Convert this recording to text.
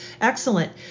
Excellent